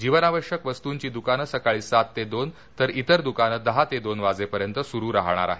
जीवनावश्यक वस्तूंची दुकानं सकाळी सात ते दोन तर इतर दुकानं दहा ते दोन वाजेपर्यंत सुरू राहणार आहेत